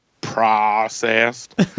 Processed